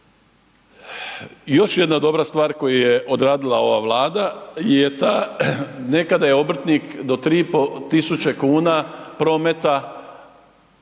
Još jedna dobra stvar koju je odradila ova Vlada je ta nekada je obrtnik do 3.500 kuna prometa